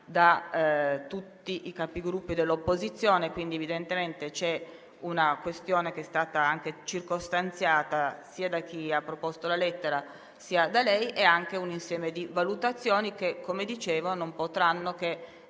da tutti i Capigruppo dell'opposizione. Evidentemente c'è una questione, che è stata circostanziata sia da chi ha proposto la lettera, sia da lei, e anche un insieme di valutazioni che, come dicevo, non potranno che